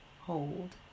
hold